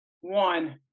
one